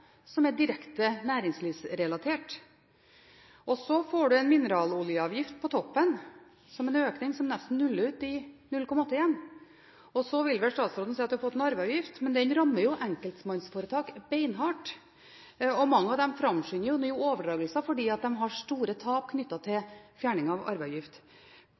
som er direkte næringslivsrelatert. Så får man en mineraloljeavgift på toppen – som en økning som nesten nuller ut igjen de 0,8 mrd. kr. Statsråden vil vel si at vi har fjernet arveavgiften. Men dette rammer enkeltpersonforetak beinhardt, og mange framskynder overdragelser fordi de har store tap knyttet til fjerning av arveavgift.